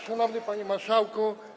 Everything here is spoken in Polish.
Szanowny Panie Marszałku!